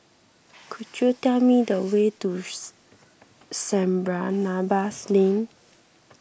could you tell me the way to Saint Barnabas Lane